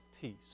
Peace